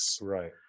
Right